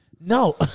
No